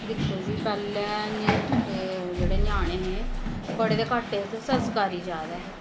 दिक्खो जी पैह्ले जेहड़े ञ्याणे हे पढ़े दे घट्ट हे ते संस्कारी जैदा हे